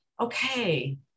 okay